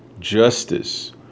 justice